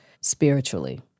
spiritually